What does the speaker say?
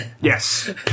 Yes